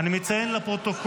קארין אלהרר,